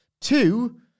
Two